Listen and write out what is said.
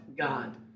God